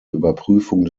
überprüfung